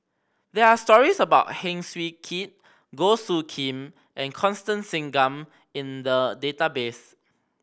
there are stories about Heng Swee Keat Goh Soo Khim and Constance Singam in the database